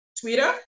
Twitter